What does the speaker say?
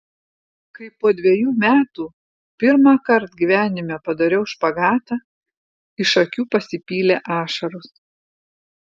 kai po dvejų metų pirmąkart gyvenime padariau špagatą iš akių pasipylė ašaros